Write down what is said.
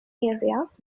areas